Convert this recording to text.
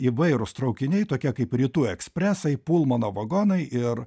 įvairūs traukiniai tokie kaip rytų ekspresai pulmono vagonai ir